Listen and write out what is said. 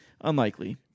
unlikely